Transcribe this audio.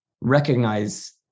recognize